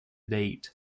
date